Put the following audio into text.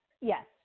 Yes